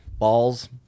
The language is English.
Balls